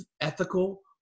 ethical